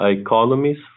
economies